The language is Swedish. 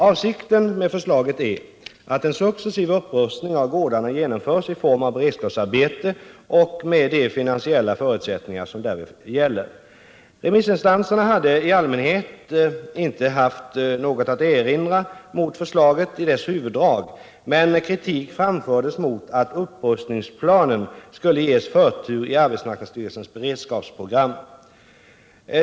Avsikten med förslaget är att en successiv upprustning av gårdarna genomförs i form av beredskapsarbete och med de finansiella förutsättningar som därvid gäller. Remissinstanserna hade i allmänhet inte haft något att erinra mot förslaget i dess huvuddrag men kritik framfördes mot att upprustningsplanen skulle ges förtur i arbetsmarknadsstyrelsens beredskapsprogram.